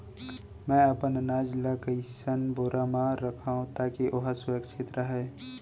मैं अपन अनाज ला कइसन बोरा म रखव ताकी ओहा सुरक्षित राहय?